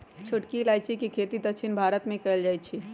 छोटकी इलाइजी के खेती दक्षिण भारत मे कएल जाए छै